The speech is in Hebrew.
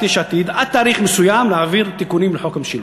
יש עתיד עד תאריך מסוים להעביר תיקונים לחוק המשילות,